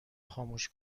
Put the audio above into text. خاموش